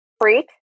freak